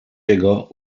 jego